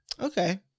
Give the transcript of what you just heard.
Okay